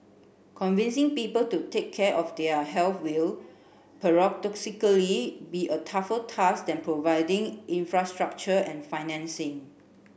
convincing people to take care of their health will paradoxically be a tougher task than providing infrastructure and financing